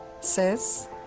says